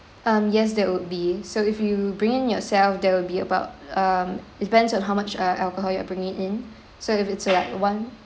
um yes that would be so if you bring in yourself that will be about um it depends on how much uh alcohol you're bringing in so if it's like one